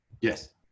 Yes